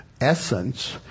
essence